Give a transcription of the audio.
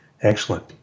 Excellent